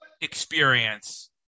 experience